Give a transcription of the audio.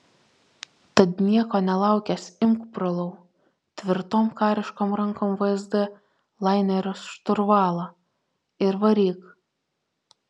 tad nieko nelaukęs imk brolau tvirtom kariškom rankom vsd lainerio šturvalą ir varyk